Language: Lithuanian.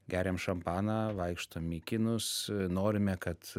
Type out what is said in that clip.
geriam šampaną vaikštom į kinus norime kad